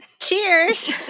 Cheers